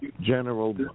General